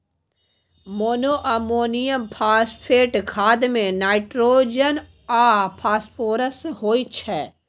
monoammonium phosphate खाद मे nitrogen आ फास्फोरस होइ छै